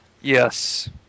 Yes